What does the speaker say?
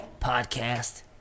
podcast